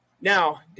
Now